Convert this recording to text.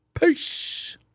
Peace